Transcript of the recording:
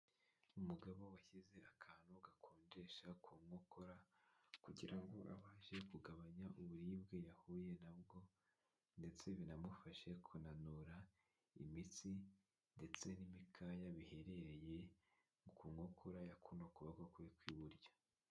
Umugabo washyize akantu gakonjesha ku nkokora kugira ngo abashe kugabanya uburibwe yahuye na bwo ndetse binamufashe kunanura imitsi ndetse n'imikaya biherereye ku nkokora yo ku kuboko kwe kw'iburyo.